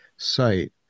site